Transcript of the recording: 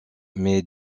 mais